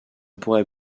pourrais